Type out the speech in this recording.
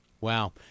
Wow